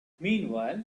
meanwhile